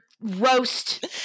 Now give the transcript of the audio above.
roast